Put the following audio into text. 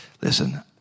Listen